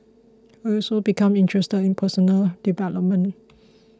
he also became interested in personal development